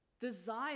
Desire